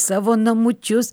savo namučius